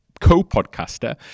co-podcaster